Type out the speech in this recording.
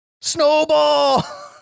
Snowball